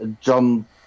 John